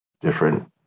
different